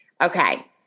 Okay